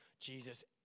Jesus